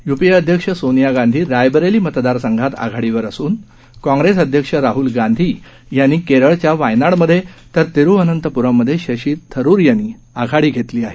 UPA अध्यक्ष सोनिया गांधी रायबरेली मतदारसंघात आघाडीवर असून काँग्रेस अध्यक्ष राहल गांधी यांनी केरळच्या वायनाडमध्ये तर थिरुवनंतप्रममध्ये शशी थरूर यांनी आघाडी घेतली आहे